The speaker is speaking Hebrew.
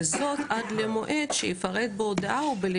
וזאת --- שיוצר או יובא עד מועד שיפרט בהודעתו.